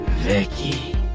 Vicky